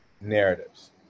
narratives